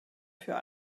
für